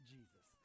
Jesus